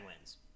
wins